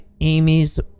Amy's